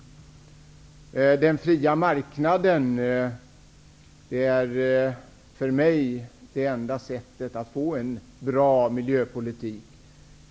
Den fria marknaden är för mig det enda sättet att få en bra miljöpolitik.